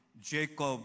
Jacob